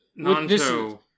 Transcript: Nanto